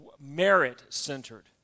merit-centered